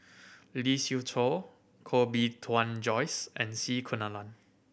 Lee Siew Choh Koh Bee Tuan Joyce and C Kunalan